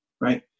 right